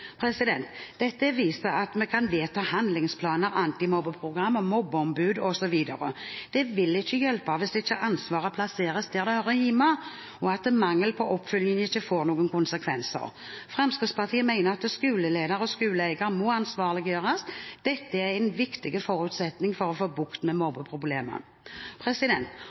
Dette viser at vi kan vedta handlingsplaner, antimobbeprogram, mobbeombud osv., men det vil ikke hjelpe hvis ikke ansvaret plasseres der det hører hjemme, og mangel på oppfølging ikke får noen konsekvenser. Fremskrittspartiet mener at skoleleder og skoleeier må ansvarliggjøres – dette er en viktig forutsetning for å få bukt med